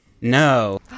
No